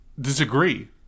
disagree